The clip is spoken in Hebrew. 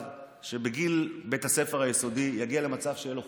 שבגיל בית הספר היסודי יהיה לו חוג.